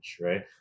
Right